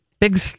Big